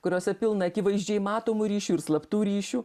kuriuose pilna akivaizdžiai matomų ryškių ir slaptų ryšių